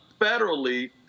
federally